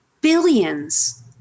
billions